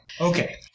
Okay